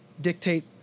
dictate